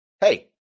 hey